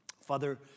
Father